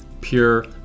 pure